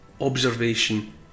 observation